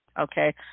okay